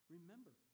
Remember